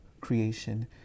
creation